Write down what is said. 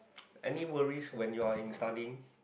any worries when you are in studying